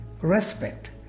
respect